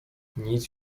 nic